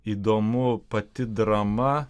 įdomu pati drama